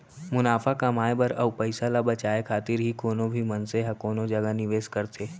मुनाफा कमाए बर अउ पइसा ल बचाए खातिर ही कोनो भी मनसे ह कोनो जगा निवेस करथे